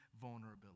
vulnerability